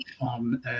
on